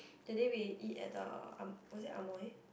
today we eat at the am~ was it amoy